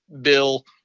Bill